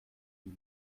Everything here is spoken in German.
wie